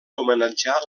homenatjar